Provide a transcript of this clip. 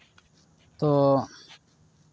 ᱛᱚ